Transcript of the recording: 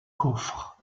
coffre